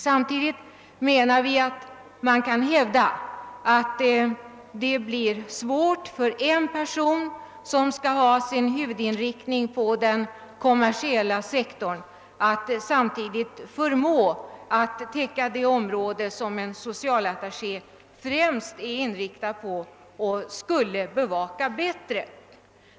Vi anser emellertid att man kan hävda att det blir svårt för en person, som skall ha sin huvudinriktning på den kommersiella sektorn, att samtidigt förmå täcka det område som en socialattaché främst är inriktad på och skulle bevaka bättre.